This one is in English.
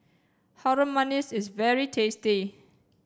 Harum Manis is very tasty